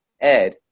Ed